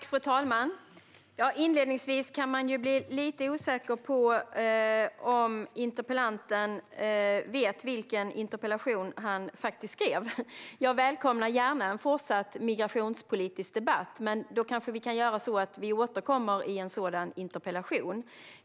Fru talman! Inledningsvis kan man bli lite osäker på om interpellanten vet vilken interpellation han faktiskt skrev. Jag välkomnar en fortsatt migrationspolitisk debatt, men då kan vi kanske återkomma i en sådan interpellationsdebatt.